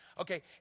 Okay